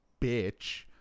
bitch